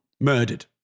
murdered